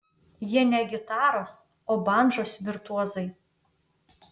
jie ne gitaros o bandžos virtuozai